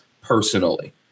personally